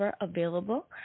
available